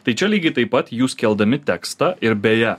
tai čia lygiai taip pat jūs keldami tekstą ir beje